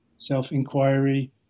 self-inquiry